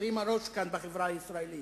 הרימה ראש כאן בחברה הישראלית.